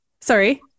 Sorry